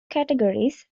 categories